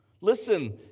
listen